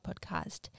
podcast